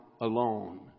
alone